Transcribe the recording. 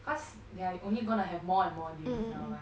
cause they are only gonna have more and more deals now mah